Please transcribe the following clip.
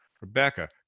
rebecca